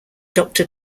doctor